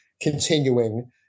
continuing